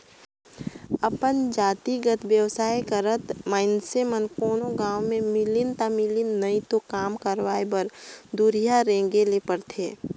अपन जातिगत बेवसाय करत मइनसे मन कोनो गाँव में मिलिन ता मिलिन नई तो काम करवाय बर दुरिहां रेंगें ले परथे